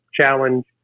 challenge